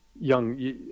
young